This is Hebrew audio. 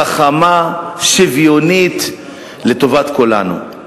חכמה, שוויונית, לטובת כולנו.